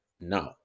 No